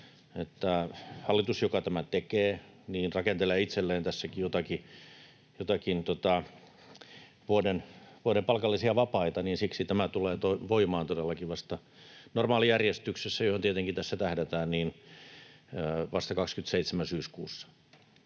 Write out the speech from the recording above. että hallitus, joka tämän tekee, rakentelee itselleen tässäkin joitakin vuoden palkallisia vapaita, tämä tulee voimaan todellakin vasta normaalijärjestyksessä, johon tietenkin tässä tähdätään, vasta vuoden 27 syyskuussa.